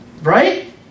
Right